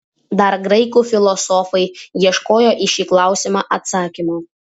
dar graikų filosofai ieškojo į šį klausimą atsakymo